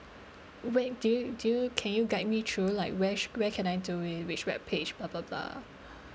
wait do you do you can you guide me through like where should where can I do it with what page